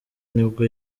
nibwo